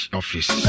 office